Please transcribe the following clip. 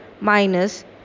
minus